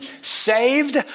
saved